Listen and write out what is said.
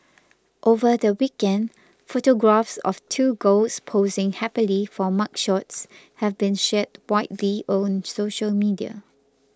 over the weekend photographs of two girls posing happily for mugshots have been shared widely on social media